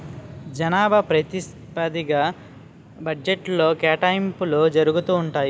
జనాభా ప్రాతిపదిగ్గా బడ్జెట్లో కేటాయింపులు జరుగుతూ ఉంటాయి